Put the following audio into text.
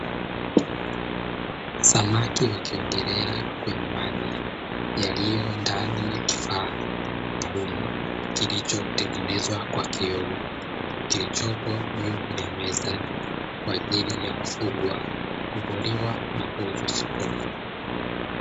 Samaki wakiogelea ndani ya kifaa kilitengenezwa kwa kioo kilichopo juu ya meza kwa ajiri ya kufugwa na kuuzwa sokoni.